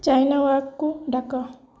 China ୱାକକୁ ଡାକ